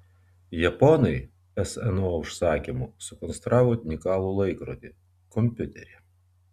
japonai sno užsakymu sukonstravo unikalų laikrodį kompiuterį